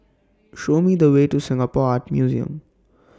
Show Me The Way to Singapore Art Museum